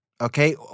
okay